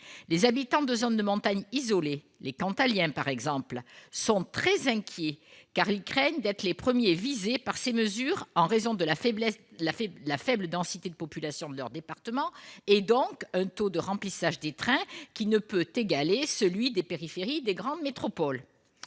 Les habitants de zones de montagne isolées, les Cantaliens, par exemple, sont très inquiets, car ils craignent d'être les premiers visés par ces mesures en raison de la faible densité de population de leur département et donc d'un taux de remplissage des trains ne pouvant égaler celui des périphéries des grandes métropoles.